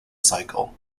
cycle